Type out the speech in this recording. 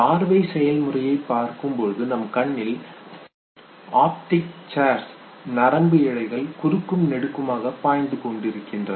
பார்வை செயல்முறையை பார்க்கும்பொழுது நமது கண்களில் ஆப்டிக் சேர்ஸ் நரம்பு இழைகள் குறுக்கும் நெடுக்குமாக பாய்ந்து கொண்டிருக்கின்றன